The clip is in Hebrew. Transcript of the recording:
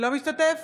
אינו משתתף